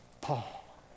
Paul